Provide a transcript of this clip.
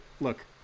Look